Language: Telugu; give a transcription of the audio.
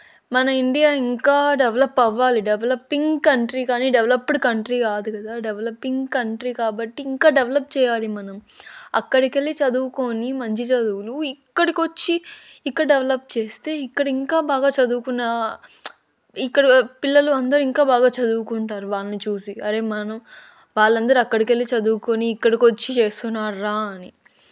మన ఇండియా ఇంకా డెవలప్ అవ్వాలి డెవలపింగ్ కంట్రీ గానీ డెవలప్డ్ కంట్రీ కాదు కదా డెవలపింగ్ కంట్రీ కాబట్టి ఇంకా డెవలప్ చేయాలి మనం అక్కడికెళ్ళి చదువుకోని మంచి చదువులు ఇక్కడికొచ్చి ఇక్కడ డెవలప్ చేస్తే ఇక్కడ ఇంకా బాగా చదువుకున్న ఇక్కడ పిల్లలు అందరు ఇంకా బాగా చదువుకుంటారు వాళ్నీ చూసి అరే మనం వాళ్ళందరూ అక్కడికెళ్ళి చదువుకొని ఇక్కడికి వచ్చి చేస్తున్నార్రా అని